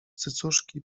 cycuszki